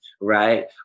right